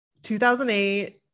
2008